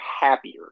happier